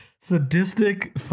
Sadistic